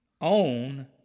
own